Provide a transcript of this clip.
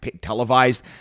televised